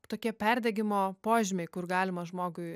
tokie perdegimo požymiai kur galima žmogui